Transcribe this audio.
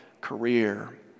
career